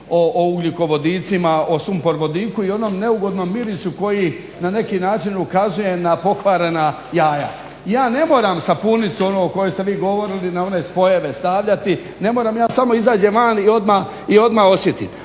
o ugljikovodicima, o sumporvodiku i onom neugodnom mirisu koji na neki način ukazuje na pokvarena jaja. Ja ne moram sapunicu onu o kojoj ste vi govorili na one spojeve stavljati, ne moram ja samo izađem van i odmah osjetim.